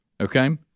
Okay